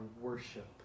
worship